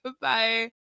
bye